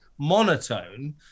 monotone